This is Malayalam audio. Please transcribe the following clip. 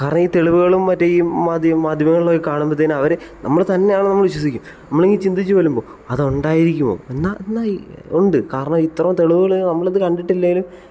കാരണം ഈ തെളിവുകളും മറ്റും ഈ മാധ്യ മാധ്യമങ്ങളിൽ കാണുമ്പത്തേന് അവർ നമ്മളെ തന്നെയാണ് നമ്മൾ വിശ്വസിക്കും നമ്മൾ ഈ ചിന്തിച്ച് വരുമ്പോൾ അത് ഉണ്ടായിരിക്കുമോ എന്നാൽ എന്നാൽ ഉണ്ട് കാരണം ഇത്രയും തെളിവുകൾ നമ്മളിത് കണ്ടിട്ടില്ലെങ്കിലും